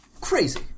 Crazy